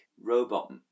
robot